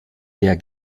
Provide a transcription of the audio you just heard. der